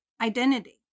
identity